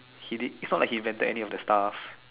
he did is not like he rented any of the stuff